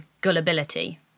gullibility